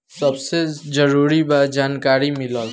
सबसे जरूरी बा जानकारी मिलल